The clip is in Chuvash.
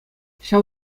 ҫав